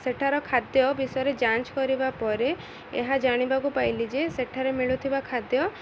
ସେଠାର ଖାଦ୍ୟ ବିଷୟରେ ଯାଞ୍ଚ କରିବା ପରେ ଏହା ଜାଣିବାକୁ ପାଇଲି ଯେ ସେଠାରେ ମିଳୁଥିବା ଖାଦ୍ୟ